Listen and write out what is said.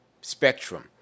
spectrum